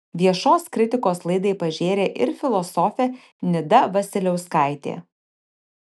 viešos kritikos laidai pažėrė ir filosofė nida vasiliauskaitė